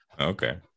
Okay